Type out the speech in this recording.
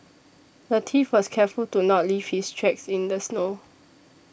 the thief was careful to not leave his tracks in the snow